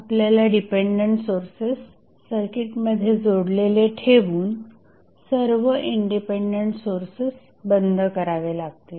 आपल्याला dependent sources सर्किटमध्ये जोडलेले ठेवून सर्व इंडिपेंडंट सोर्सेस बंद करावे लागतील